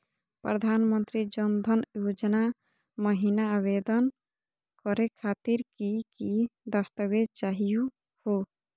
प्रधानमंत्री जन धन योजना महिना आवेदन करे खातीर कि कि दस्तावेज चाहीयो हो?